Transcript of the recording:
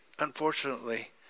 Unfortunately